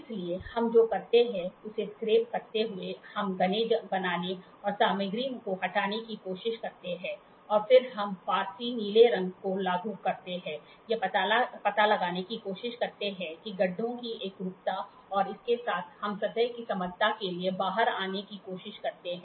इसलिए हम जो करते हैं उसे स्क्रैप करते हुए हम घने बनाने और सामग्री को हटाने की कोशिश करते हैं और फिर हम फारसी नीले रंग को लागू करते हैं यह पता लगाने की कोशिश करते हैं कि गड्ढों की एकरूपता और इसके साथ हम सतह के समतलता के लिए बाहर आने की कोशिश करते हैं